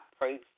praise